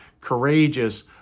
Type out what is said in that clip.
courageous